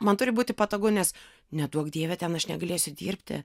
man turi būti patogu nes neduok dieve ten aš negalėsiu dirbti